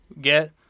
get